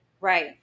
Right